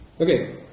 Okay